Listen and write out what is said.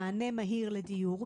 למענה מהיר לדיור,